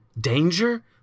Danger